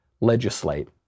legislate